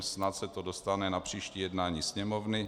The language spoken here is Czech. Snad se to dostane na příští jednání Sněmovny.